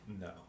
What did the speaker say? No